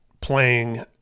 playing